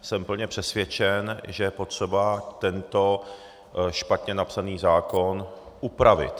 Jsem plně přesvědčen, že je potřeba tento špatně napsaný zákon upravit.